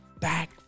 back